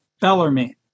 Bellarmine